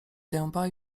dęba